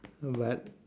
but